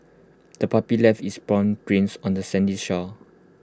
the puppy left its paw prints on the sandy shore